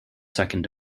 second